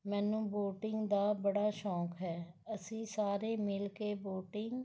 ਮੈਨੂੰ ਬੋਟਿੰਗ ਦਾ ਬੜਾ ਸ਼ੌਂਕ ਹੈ ਅਸੀਂ ਸਾਰੇ ਮਿਲ ਕੇ ਬੋਟਿੰਗ